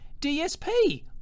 DSP